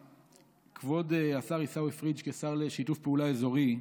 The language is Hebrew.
כבוד השר עיסאווי פריג', השר לשיתוף פעולה אזורי,